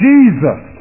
Jesus